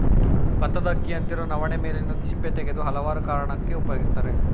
ಬತ್ತದ ಅಕ್ಕಿಯಂತಿರೊ ನವಣೆ ಮೇಲಿನ ಸಿಪ್ಪೆ ತೆಗೆದು ಹಲವಾರು ಕಾರಣಕ್ಕೆ ಉಪಯೋಗಿಸ್ತರೆ